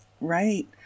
Right